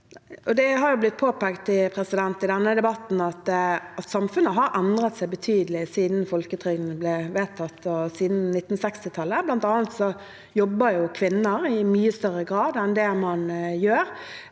Det har jo blitt påpekt i denne debatten at samfunnet har endret seg betydelig siden folketrygden ble vedtatt, og siden 1960-tallet. Blant annet jobber kvinner i mye større grad enn det de gjorde